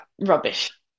rubbish